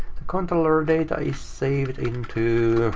the controller data is saved into,